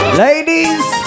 ladies